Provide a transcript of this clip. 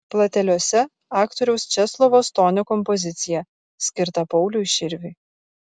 plateliuose aktoriaus česlovo stonio kompozicija skirta pauliui širviui